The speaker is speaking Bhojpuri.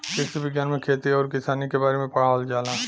कृषि विज्ञान में खेती आउर किसानी के बारे में पढ़ावल जाला